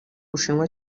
bushinwa